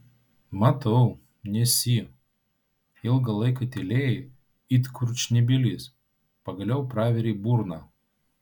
matau nesi ilgą laiką tylėjai it kurčnebylis pagaliau pravėrei burną